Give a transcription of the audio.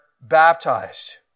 baptized